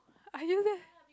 are you there